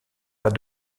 pas